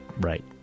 right